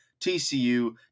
TCU